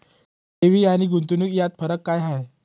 ठेवी आणि गुंतवणूक यात फरक काय आहे?